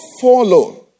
follow